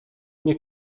nie